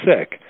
sick